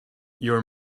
your